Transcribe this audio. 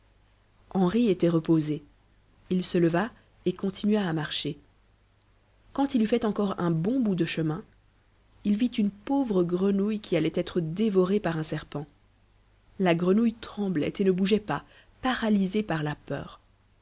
henri était reposé il se leva et continua à marcher quand il eut fait encore un bon bout de chemin il vit une pauvre grenouille qui allait être dévorée par un serpent la grenouille tremblait et ne bougeait pas paralysée par la peur